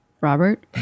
Robert